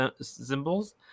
symbols